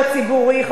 אותי מגייסים.